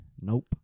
Nope